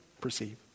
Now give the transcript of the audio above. perceive